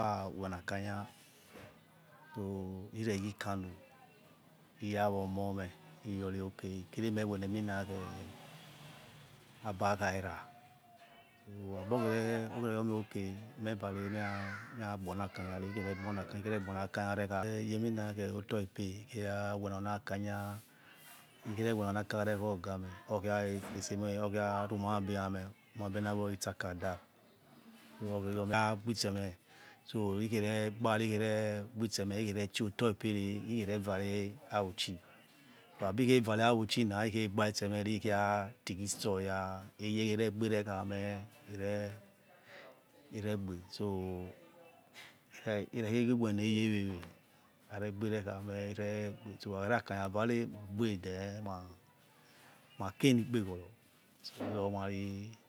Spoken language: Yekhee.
Ha wenakani tao nire yi laano iya wa omomo iyori ok ikereme wenaba eminakhe abakhaira so abor khure uyor meh ok mevare meragbanialaaniro ikeregbo na kani icegbonalaanirekhari wioni oto ikpe ikhere wenor niakya rekha oga meh okia fees ehmeh arumabeyame umabl nawegiori bakada meyagbitseme ikhere chiotolpere ikherevare afe ikherevare avchi wabi khevare auchi na ilehe gbaise mere itsgi store ya eyaarege nekhameh iregbe so irekhegewe nieya wewe aregberekhameh so ukarakanya vare ugbe than ma laenilapegoro so iromari